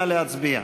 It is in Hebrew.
נא להצביע.